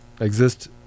exist